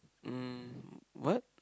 mm what